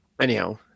Anyhow